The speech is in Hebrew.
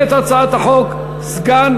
בעד,